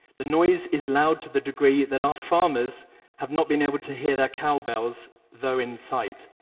the noise is loud to the degree that our farmers have not been able to hear their cow bells, though in sight.